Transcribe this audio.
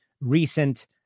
recent